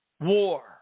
war